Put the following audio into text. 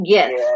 Yes